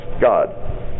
God